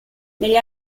negli